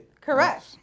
Correct